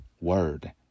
word